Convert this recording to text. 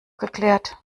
geklärt